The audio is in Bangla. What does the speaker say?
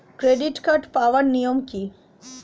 ক্রেডিট কার্ড পাওয়ার নিয়ম কী?